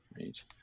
right